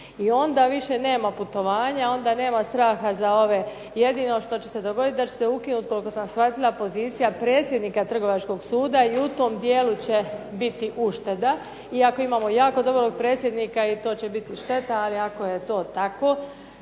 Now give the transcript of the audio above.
I onda više nema putovanja, onda nema straha za ove. Jedino što će se dogoditi da će se ukinuti koliko sam shvatila pozicija predsjednika Trgovačkog suda i u tom dijelu će biti ušteda iako imamo jako dobrog predsjednika i to će biti šteta, ali ako je to tako